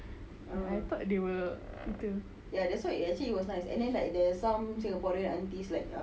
I thought they were itu